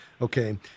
Okay